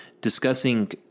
discussing